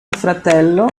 fratello